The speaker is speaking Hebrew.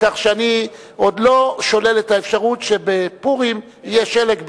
כך שאני עוד לא שולל את האפשרות שבפורים יהיה שלג בירושלים.